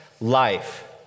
life